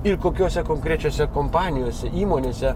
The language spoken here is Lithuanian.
ir kokiose konkrečiose kompanijose įmonėse